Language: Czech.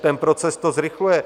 Ten proces to zrychluje.